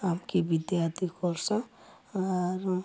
ଆମ୍କେ ବିଦ୍ୟାର୍ଥୀ କରସନ୍ ଆରୁ